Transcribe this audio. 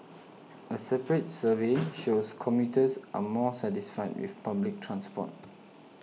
a separate survey shows commuters are more satisfied with public transform